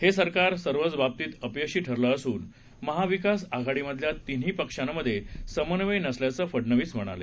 हे सरकार सर्वच बाबतीत अपयशी ठरलं असून महाविकास आघाडीमधल्या तिन्ही पक्षांमध्ये समन्वय नसल्याचं फडनवीस म्हणाले